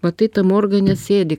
matai tam organe sėdi